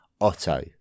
Otto